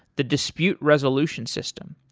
the dispute resolution system,